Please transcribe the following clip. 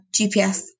GPS